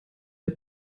der